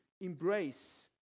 embrace